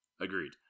Agreed